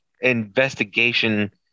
investigation